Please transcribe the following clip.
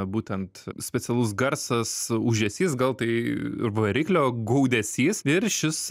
būtent specialus garsas užesys gal tai variklio gaudesys ir šis